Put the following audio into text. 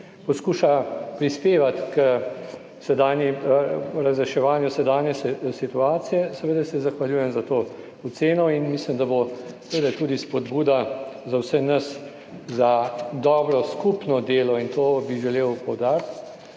poskuša prispevati k sedanji, razreševanju sedanje situacije. Seveda se zahvaljujem za to oceno in mislim, da bo seveda tudi spodbuda za vse nas za dobro skupno delo. In to bi želel poudariti,